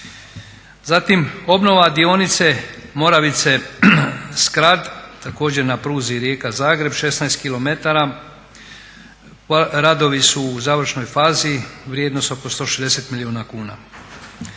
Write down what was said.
Zatim obnova dionica Moravice-Skrad također na pruzi Rijeka-Zagreb 16km,radovi su u završnoj fazi, vrijednost oko 160 milijuna kuna.